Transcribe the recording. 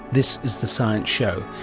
this is the science show,